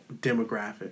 demographic